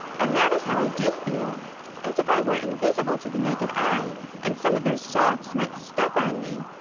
and that is how i did feel as if i were invisible to the naked eye and some of those sophs might step on me.